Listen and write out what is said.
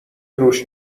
روش